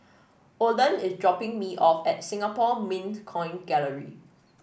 Oland is dropping me off at Singapore Mint Coin Gallery